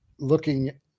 looking